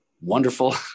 wonderful